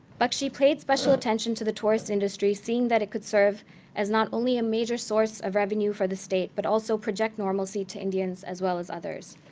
bakshi paid special attention to the tourist industry, seeing that it could serve as not only a major source of revenue for the state, but also project normalcy to indians as well as others.